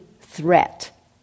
threat